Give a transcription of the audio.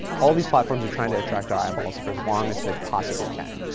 all these platforms are trying to attract our eyeballs for as long as they possibly can.